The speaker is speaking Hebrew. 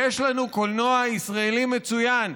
יש לנו קולנוע ישראלי מצוין.